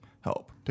help